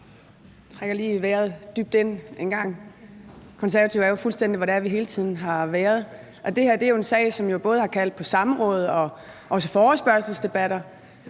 Jeg trækker lige vejret dybt en gang. Konservative er jo fuldstændig der, hvor vi hele tiden har været, og det her er en sag, som både har kaldt på samråd og også forespørgselsdebatter.